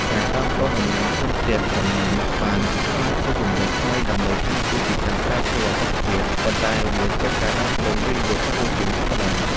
ការដាំដុះដំណាំក្នុងផ្ទះសំណាញ់បានក្លាយជាជម្រើសថ្មីដើម្បីការពារពីការប្រែប្រួលអាកាសធាតុ ប៉ុន្តែវាត្រូវការដើមទុនវិនិយោគខ្ពស់ជាងធម្មតា។